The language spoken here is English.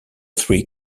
three